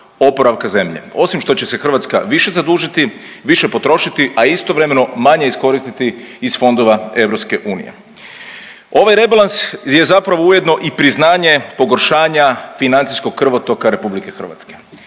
oporavka zemlje, osim što će se Hrvatska više zadužiti, više potrošiti, a istovremeno manje iskoristiti iz fondova EU. Ovaj rebalans je zapravo ujedno i priznanje pogoršanja financijskog krvotoka RH, financijske